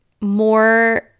more